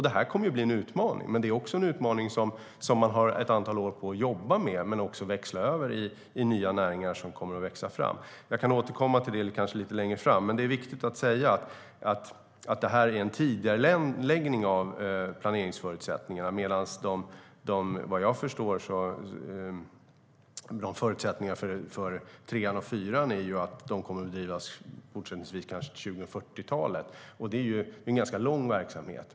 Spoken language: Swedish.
Det här kommer att bli en utmaning, men man har antal år på sig att jobba med den och också växla över i nya näringar som kommer att växa fram. Jag återkommer till det senare, men det är viktigt att säga att det här är en tidigareläggning av planeringsförutsättningarna. Reaktorerna 3 och 4 kommer fortsättningsvis att drivas kanske fram till 2040-talet, och det är ju ganska långt dit.